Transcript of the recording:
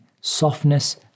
softness